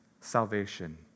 salvation